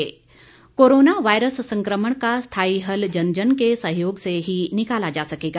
Saizal corona virus संकमण का स्थाई हल जन जन के सहयोग से ही निकाला जा सकेगा